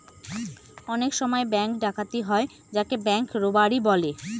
অনেক সময় ব্যাঙ্ক ডাকাতি হয় যাকে ব্যাঙ্ক রোবাড়ি বলে